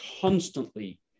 constantly